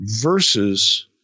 versus